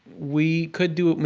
we could do, i mean